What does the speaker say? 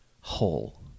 whole